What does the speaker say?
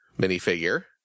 minifigure